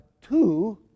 two